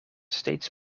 steeds